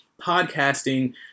podcasting